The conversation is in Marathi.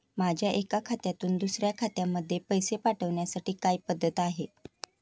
माझ्या एका खात्यातून दुसऱ्या खात्यामध्ये पैसे पाठवण्याची काय पद्धत आहे?